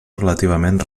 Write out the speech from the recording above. relativament